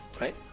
Right